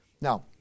Now